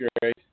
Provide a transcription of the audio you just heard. great